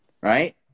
right